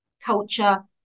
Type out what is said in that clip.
culture